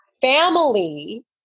family